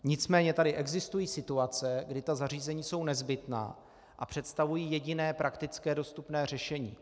Nicméně tady existují situace, kdy ta zařízení jsou nezbytná a představují jediné praktické dostupné řešení.